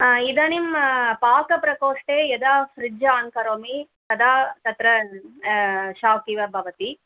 इदानीं पाकप्रकोष्ठे यदा फ़्रिड्ज् ओन् करोमि तदा तत्र शोक् इव भवति